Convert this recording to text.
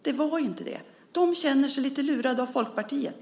Det var inte det. De känner sig lite lurade av Folkpartiet.